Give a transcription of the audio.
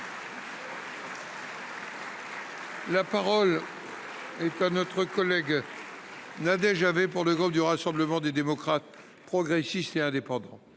La parole est à Mme Nadège Havet, pour le groupe Rassemblement des démocrates, progressistes et indépendants.